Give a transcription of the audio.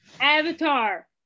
Avatar